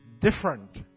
different